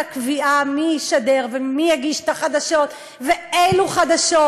הקביעה מי ישדר ומי יגיש את החדשות ואלו חדשות.